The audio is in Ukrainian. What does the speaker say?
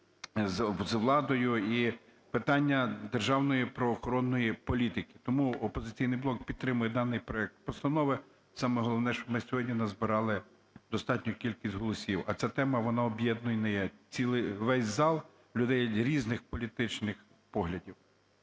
з владою, і питання державної правоохоронної політики. Тому "Опозиційний блок" підтримує даний проект постанови. Саме головне, щоб ми сьогодні назбирали достатню кількість голосів. А ця тема, вона об'єднує цілий... весь зал, людей різних політичних поглядів.